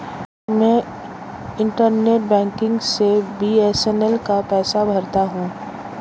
मैं internet banking से BSNL का पैसा भरता हूं